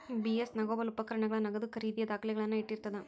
BS negotiable ಉಪಕರಣಗಳ ನಗದು ಖರೇದಿಯ ದಾಖಲೆಗಳನ್ನ ಇಟ್ಟಿರ್ತದ